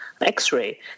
x-ray